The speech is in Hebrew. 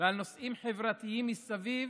ועל נושאים חברתיים מסביב